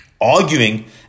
arguing